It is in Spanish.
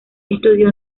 estudió